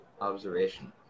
observation